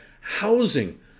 housing